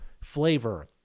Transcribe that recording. flavor